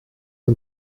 and